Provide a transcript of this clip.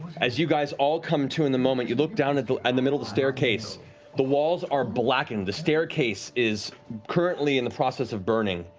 as you guys all come to in the moment, you look down at the and the middle of the staircase the walls are blackened, the staircase is currently in the process of burning,